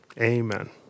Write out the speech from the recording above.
Amen